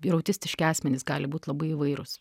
ir autistiški asmenys gali būt labai įvairūs